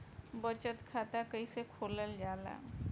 बचत खाता कइसे खोलल जाला?